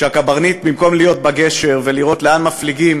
כשהקברניט, במקום להיות בגשר ולראות לאן מפליגים,